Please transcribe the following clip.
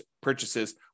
purchases